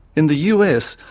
in the us,